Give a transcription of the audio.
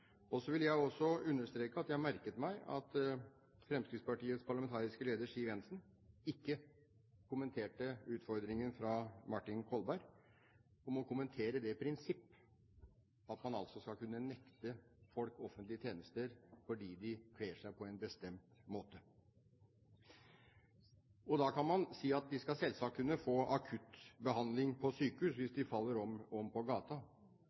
Så vil jeg også understreke at jeg merket meg at Fremskrittspartiets parlamentariske leder, Siv Jensen, ikke kommenterte utfordringen fra Martin Kolberg om å kommentere det prinsipp at man skal kunne nekte folk offentlige tjenester fordi de kler seg på en bestemt måte. Da kan man si at de selvsagt skal kunne få akutt behandling på sykehus hvis de faller om på